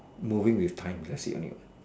moving with time that's it only what